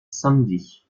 samedi